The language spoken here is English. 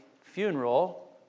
funeral